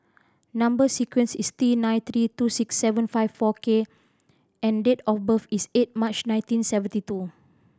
number sequence is T nine three two six seven five four K and date of birth is eight March nineteen seventy two